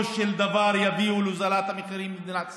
של דבר להורדת המחירים במדינת ישראל,